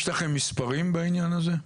יש לכם מספרים בעניין הזה?